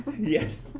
Yes